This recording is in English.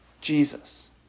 Jesus